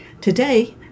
Today